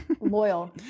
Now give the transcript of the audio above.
loyal